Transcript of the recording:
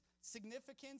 significance